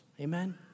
Amen